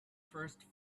first